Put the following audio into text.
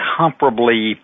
comparably